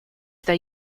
they